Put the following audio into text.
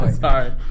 Sorry